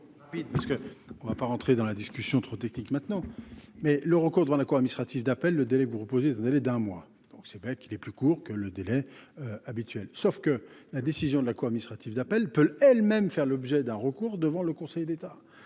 on va pas rentrer dans la discussion trop technique maintenant, mais le recours devant la cour administrative d'appel le délai que vous reposer, vous avez d'un mois, donc c'est vrai qu'il est plus court que le délai habituel sauf que la décision de la cour administrative d'appel peut elle-même faire l'objet d'un recours devant le Conseil d'État,